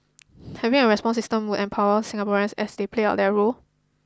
having a response system would empower Singaporeans as they play out their role